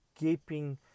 gaping